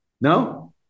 No